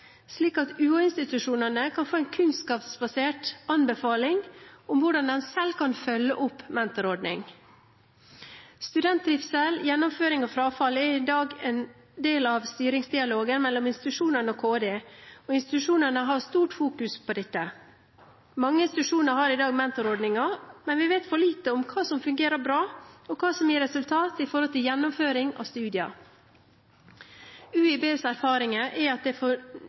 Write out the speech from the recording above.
slik at UH-institusjonene kan få en kunnskapsbasert anbefaling om hvordan de selv kan følge opp en mentorordning. Studenttrivsel, gjennomføring og frafall er i dag en del av styringsdialogen mellom institusjonene og Kunnskapsdepartementet. Institusjonene har stort fokus på dette. Mange institusjoner har i dag mentorordninger, men vi vet for lite om hva som fungerer bra, og hva som gir resultat med hensyn til gjennomføring av studier. UiBs erfaringer er at det for